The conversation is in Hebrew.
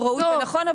הוא ראוי ונכון,